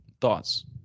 thoughts